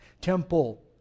temple